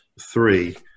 three